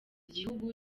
gihugu